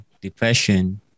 depression